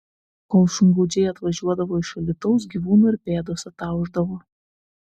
kol šungaudžiai atvažiuodavo iš alytaus gyvūnų ir pėdos ataušdavo